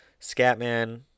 Scatman